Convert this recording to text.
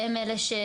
הוא זה שיחליט,